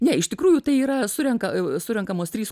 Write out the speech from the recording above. ne iš tikrųjų tai yra surenka surenkamos trys